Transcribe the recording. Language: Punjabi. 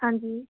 ਹਾਂਜੀ